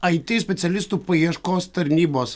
it specialistų paieškos tarnybos